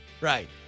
Right